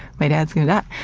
my dad's gonna